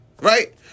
Right